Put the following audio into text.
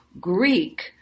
Greek